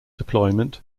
deployment